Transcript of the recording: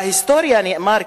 בהיסטוריה נאמר כך: